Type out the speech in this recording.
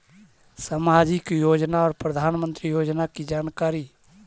समाजिक योजना और प्रधानमंत्री योजना की जानकारी?